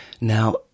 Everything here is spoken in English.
Now